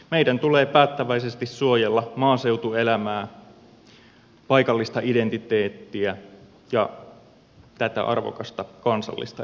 meidän tulee päättäväisesti suojella maaseutuelämää paikallista identiteettiä ja tätä arvokasta kansallista erityispiirrettämme